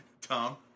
Tom